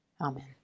Amen